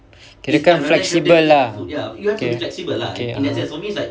kirakan flexible lah okay okay (uh huh)